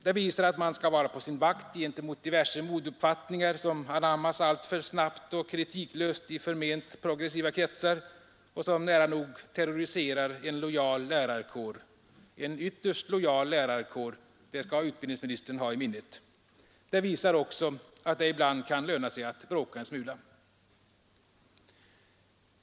Det visar att man skall vara på sin vakt gentemot diverse modeuppfattningar som anammas alltför snabbt och kritiklöst i förment progressiva kretsar och som nära nog terroriserar en lojal lärarkår — en ytterst lojal lärarkår, det skall utbildningsministern ha i minnet. Det visar också att det ibland kan löna sig att bråka en smula.